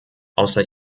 außer